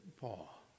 Paul